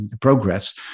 progress